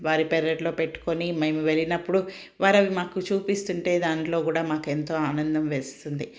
వారి పెరట్లో పెట్టుకుని మేము వెళ్ళినప్పుడు వారు అవి మాకు చూపిస్తుంటే దాంట్లో కూడా మాకు ఎంతో ఆనందం వేస్తుంది